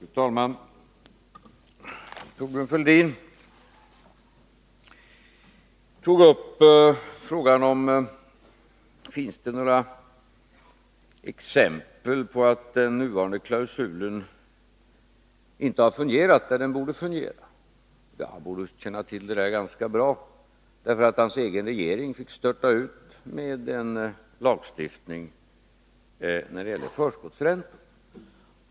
Fru talman! Thorbjörn Fälldin tog upp frågan om det finns några exempel på att den nuvarande klausulen inte har fungerat där den borde fungera. Han borde känna till det ganska bra, därför att hans egen regering fick störta ut med en lagstiftning när det gäller förskottsräntan.